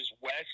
West